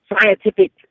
scientific